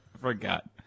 Forgot